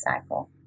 cycle